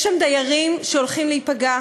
יש שם דיירים שהולכים להיפגע,